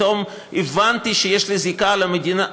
פתאום הבנתי שיש לי זיקה למדינה.